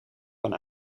kan